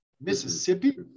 mississippi